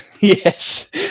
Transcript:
Yes